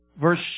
verse